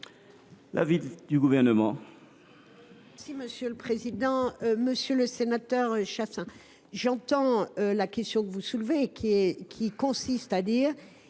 l’avis du Gouvernement